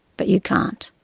but you can't.